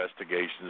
Investigations